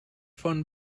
von